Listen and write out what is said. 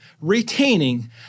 retaining